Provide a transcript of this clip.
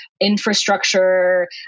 infrastructure